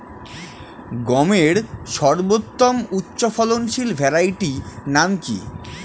গমের সর্বোত্তম উচ্চফলনশীল ভ্যারাইটি নাম কি?